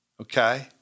okay